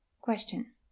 Question